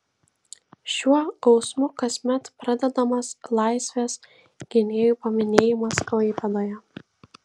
šiuo gausmu kasmet pradedamas laisvės gynėjų paminėjimas klaipėdoje